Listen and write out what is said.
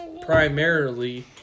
primarily